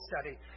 study